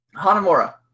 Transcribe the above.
Hanamura